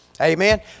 Amen